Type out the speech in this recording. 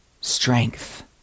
strength